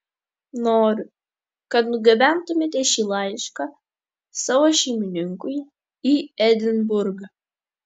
noriu kad nugabentumėte šį laišką savo šeimininkui į edinburgą